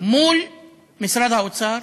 מול משרד האוצר,